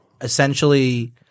essentially